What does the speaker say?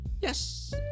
Yes